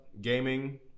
Gaming